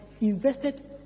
invested